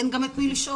אין גם את מי לשאול.